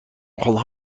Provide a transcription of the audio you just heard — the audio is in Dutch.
nogal